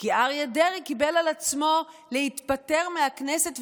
כי אריה דרעי קיבל על עצמו להתפטר מהכנסת,